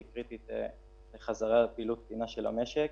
שהיא קריטית לחזרה לפעילות תקינה של המשק.